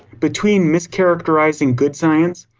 between mischaracterizing good science,